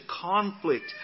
conflict